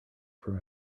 from